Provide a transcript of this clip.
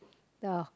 the